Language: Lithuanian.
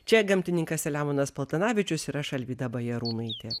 čia gamtininkas selemonas paltanavičius ir aš alvyda bajarūnaitė